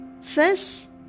First